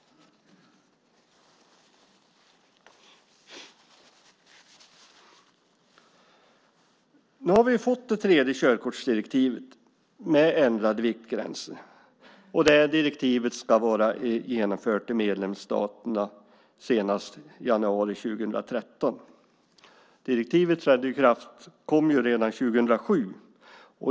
Nu har vi fått det tredje körkortsdirektivet med ändrade viktgränser. Det direktivet ska vara genomfört i medlemsstaterna senast i januari 2013. Direktivet trädde i kraft redan 2007.